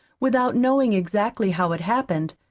without knowing exactly how it happened,